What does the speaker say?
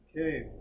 Okay